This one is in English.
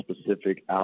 specific